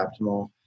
optimal